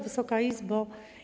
Wysoka Izbo!